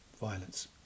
violence